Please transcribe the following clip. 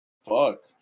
Fuck